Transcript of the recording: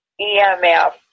EMF